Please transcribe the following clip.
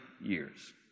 years